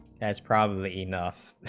has probably enough